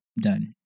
done